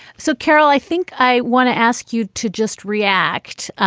so, carol, i think i want to ask you to just react.